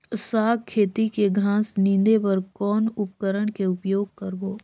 साग खेती के घास निंदे बर कौन उपकरण के उपयोग करबो?